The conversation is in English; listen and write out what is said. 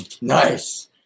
Nice